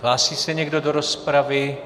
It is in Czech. Hlásí se někdo do rozpravy?